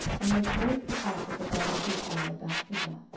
and they carried the ark of the god of israel about thither.